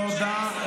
את לא ראויה.